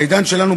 בעידן שלנו,